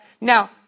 Now